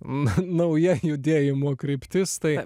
nauja judėjimo kryptis tai